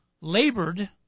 labored